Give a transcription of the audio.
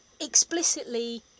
explicitly